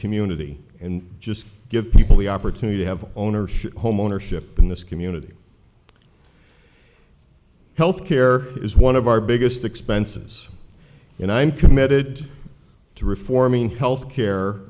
community and just give people the opportunity to have ownership homeownership in this community health care is one of our biggest expenses and i'm committed to reforming health care